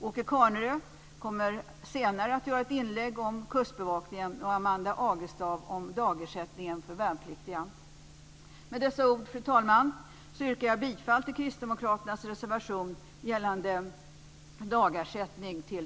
Åke Carnerö kommer senare att göra ett inlägg om kustbevakningen och Amanda Agestav om dagersättningen till värnpliktiga. Fru talman! Med dessa ord yrkar jag bifall till